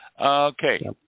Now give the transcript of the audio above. Okay